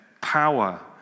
power